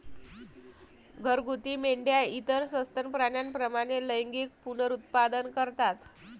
घरगुती मेंढ्या इतर सस्तन प्राण्यांप्रमाणे लैंगिक पुनरुत्पादन करतात